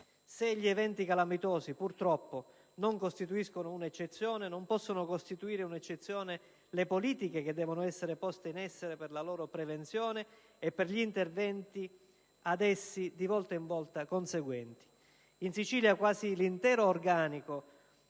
Se gli eventi calamitosi, purtroppo, non costituiscono un'eccezione, non possono costituire un'eccezione le politiche che devono essere poste in essere per la loro prevenzione e per gli interventi ad essi, di volta in volta, conseguenti. In Sicilia quasi l'intero organico,